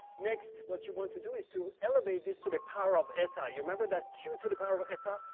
next, what you want to do is to elevate this to the power of eta. you remember that q to the power of eta?